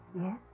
Yes